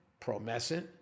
promescent